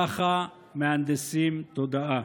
ככה מהנדסים תודעה.